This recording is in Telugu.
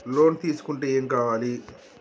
లోన్ తీసుకుంటే ఏం కావాలి?